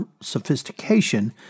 sophistication